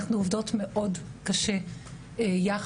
אנחנו עובדות מאוד קשה יחד.